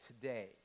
today